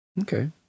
Okay